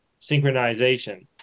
synchronization